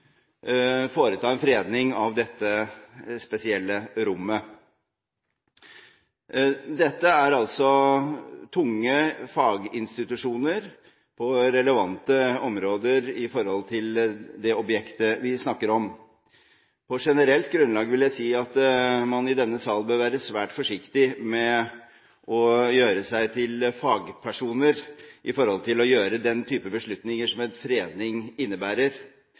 foreta en fredning av dette spesielle rommet. Dette er altså tunge faginstitusjoner på relevante områder i forhold til det objektet vi snakker om. På generelt grunnlag vil jeg si at man i denne sal bør være svært forsiktig med å gjøre seg til fagpersoner når det gjelder å ta den type beslutninger som en fredning innebærer.